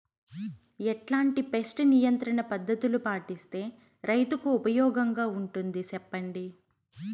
ఎట్లాంటి పెస్ట్ నియంత్రణ పద్ధతులు పాటిస్తే, రైతుకు ఉపయోగంగా ఉంటుంది సెప్పండి?